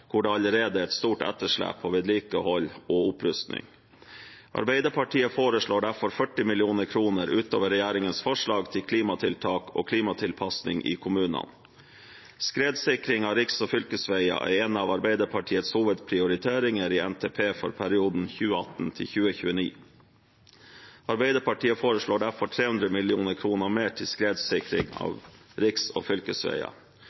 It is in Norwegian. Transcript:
hvor det allerede er et stort etterslep på vedlikehold og oppussing. Arbeiderpartiet foreslår derfor 40 mill. kr utover regjeringens forslag til klimatiltak og klimatilpasning i kommunene. Skredsikring av riks- og fylkesveier er en av Arbeiderpartiets hovedprioriteringer i NTP for perioden 2018–2029. Arbeiderpartiet foreslår derfor 300 mill. kr mer til skredsikring av riks- og fylkesveier.